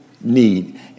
need